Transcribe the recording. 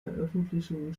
veröffentlichungen